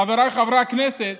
חבריי חברי הכנסת,